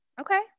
okay